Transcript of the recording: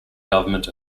government